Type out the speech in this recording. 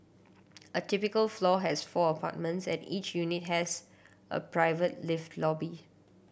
a typical floor has four apartments and each unit has a private lift lobby